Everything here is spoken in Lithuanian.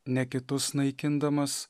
ne kitus naikindamas